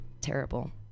terrible